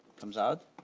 comes out.